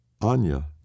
Anya